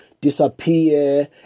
disappear